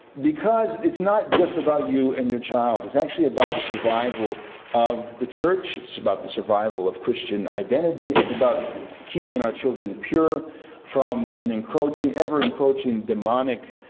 because it's not just about you and your child. it's actually about the survival of the church, it's about the survival of christian identity, it's about keeping our children pure from an ever-encroaching ever-encroaching demonic